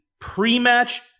pre-match